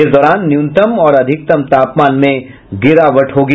इस दौरान न्यूनतम और अधिकतम तापमान में गिरावट होगी